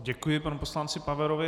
Děkuji panu poslanci Paverovi.